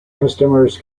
customers